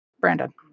Brandon